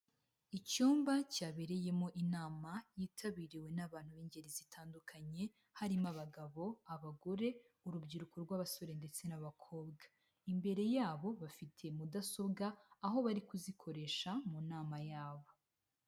Icyumba cyabereyemo inama yitabiriwe n'abantu b'ingeri zitandukanye harimo abagabo, abagore, urubyiruko rw'abasore ndetse n'abakobwa. Imbere yabo bafite mudasobwa, aho bari kuzikoresha mu nama yabo.